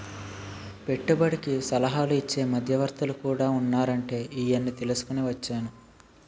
పెట్టుబడికి సలహాలు ఇచ్చే మధ్యవర్తులు కూడా ఉన్నారంటే ఈయన్ని తీసుకుని వచ్చేను